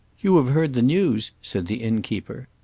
you have heard the news? said the innkeeper.